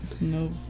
No